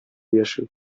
яши